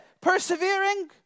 persevering